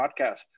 podcast